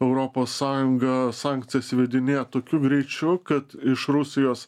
europos sąjunga sankcijas įvedinėja tokiu greičiu kad iš rusijos